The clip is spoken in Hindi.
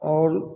और